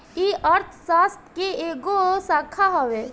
ई अर्थशास्त्र के एगो शाखा हवे